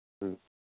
ꯎꯝ